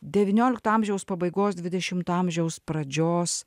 devyniolikto amžiaus pabaigos dvidešimto amžiaus pradžios